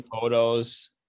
photos